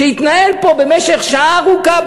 שהתנהל פה במשך שעה ארוכה,